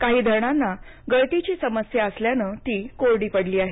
काही धरणांना गळतीची समस्या असल्यानं ती कोरडी पडली आहेत